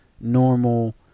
normal